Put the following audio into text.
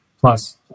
plus